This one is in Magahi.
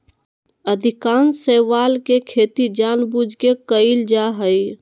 अधिकांश शैवाल के खेती जानबूझ के कइल जा हइ